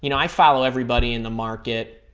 you know i follow everybody in the market,